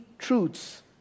truths